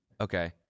okay